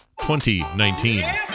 2019